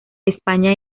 españa